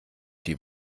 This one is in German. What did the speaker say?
die